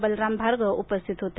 बलराम भार्गव उपस्थित होते